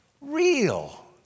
real